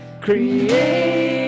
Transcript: Create